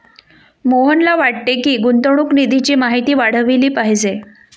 मोहनला वाटते की, गुंतवणूक निधीची माहिती वाढवली पाहिजे